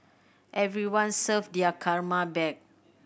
everyone serve their karma back